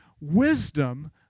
Wisdom